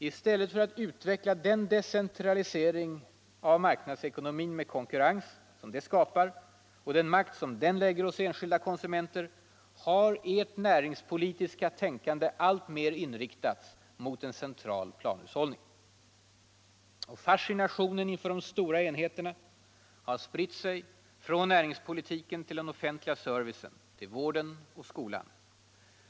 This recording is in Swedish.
I stället för att utveckla en decentralisering av marknadsekonomin med den konkurrens som den skapar och den makt den lägger hos enskilda konsumenter har ert näringspolitiska tänkande alltmer inriktats mot central planhushållning. Fascinationen inför de stora enheterna har spritt sig från näringspolitiken till den offentliga servicen, till vården och skolan.